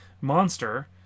monster